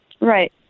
Right